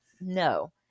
no